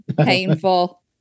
painful